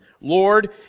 Lord